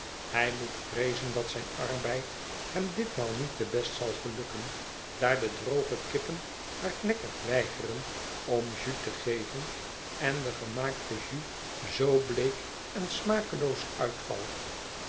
hij moet vreezen dat zijn arbeid hem ditmaal niet te best zal gelukken daar de droge kippen hardnekkig weigeren om jus te geven en de gemaakte jus zoo bleek en smakeloos uitvalt